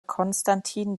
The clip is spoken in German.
konstantin